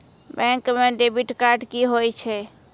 Bank म debit card की होय छै?